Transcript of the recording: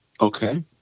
Okay